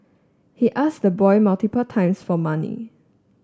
he asked the boy multiple times for money